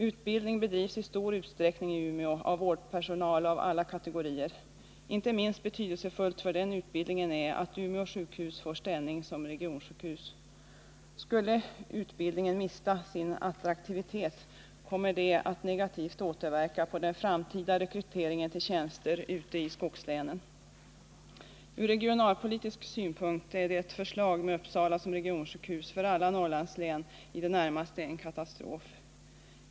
Utbildning bedrivs i stor utsträckning i Umeå av vårdpersonal av alla kategorier. Inte minst betydelsefullt för den utbildningen är att Umeå sjukhus får ställning som regionsjukhus. Skulle utbildningen mista sin attraktivitet, kommer detta att negativt återverka på den framtida rekryteringen till tjänster ute i skogslänen. Ur regionalpolitisk synpunkt är ett förslag med Uppsala som regionsjukhus för alla Norrlandslän i det närmaste en katastrof.